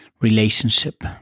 relationship